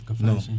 No